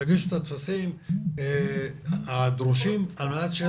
תגישו את הטפסים הדרושים על מנת שיהיו